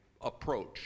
approach